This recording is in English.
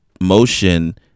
motion